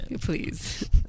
Please